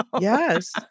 Yes